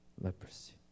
leprosy